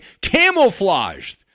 camouflaged